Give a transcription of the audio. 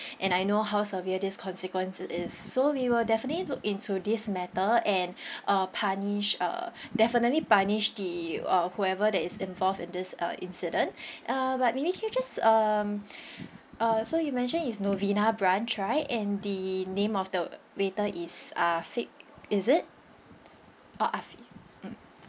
and I know how severe this consequence it is so we will definitely look into this matter and uh punish err definitely punish the uh whoever that is involved in this uh incident uh but maybe you can just um uh so you mentioned it's novena branch right and the name of the waiter is afiq is it oh afiq mm